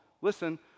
Listen